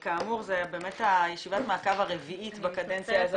כאמור, זו באמת ישיבת המעקב הרביעית בקדנציה הזאת.